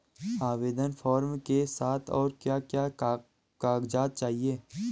आवेदन फार्म के साथ और क्या क्या कागज़ात चाहिए?